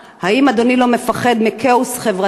האם אדוני לא מפחד מכאוס חברתי,